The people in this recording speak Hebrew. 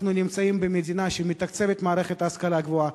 אנחנו נמצאים במדינה שמתקצבת את מערכת ההשכלה הגבוהה,